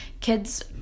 kids